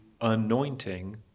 anointing